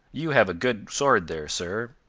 you have a good sword there, sir,